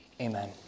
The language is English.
amen